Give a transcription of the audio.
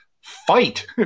fight